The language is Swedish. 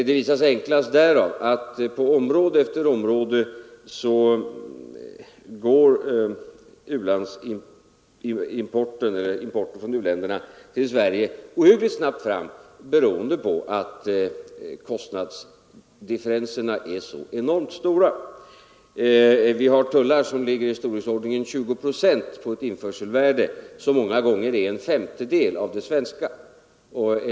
Det visas enklast därav att importen från u-länderna till Sverige går ohyggligt snabbt fram på område efter område, beroende på att kostnadsdifferenserna är enormt stora. Vi har tullar som ligger i storleksordningen 20 procent på ett införselvärde som många gånger är en femtedel av det svenska.